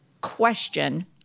question